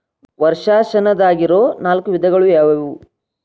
ವರ್ಷಾಶನದಾಗಿರೊ ನಾಲ್ಕು ವಿಧಗಳು ಯಾವ್ಯಾವು?